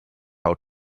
how